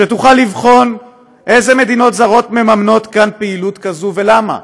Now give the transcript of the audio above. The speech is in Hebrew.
שתוכל לבחון אילו מדינות זרות מממנות כאן פעילות כזאת ולמה,